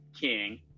king